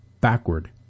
backward